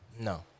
no